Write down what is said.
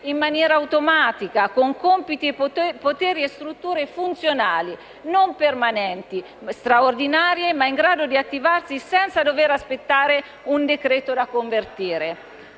in maniera automatica, con compiti, poteri e strutture funzionali; un sistema non permanente, straordinario, ma in grado di attivarsi senza dover aspettare un decreto-legge da convertire.